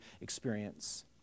experience